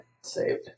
saved